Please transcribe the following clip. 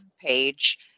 page